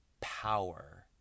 power